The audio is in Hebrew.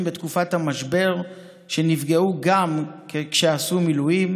בתקופת המשבר שנפגעו גם כשעשו מילואים,